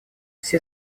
все